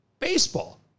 Baseball